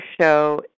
show